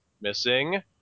Missing